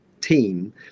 team